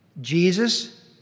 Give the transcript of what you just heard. Jesus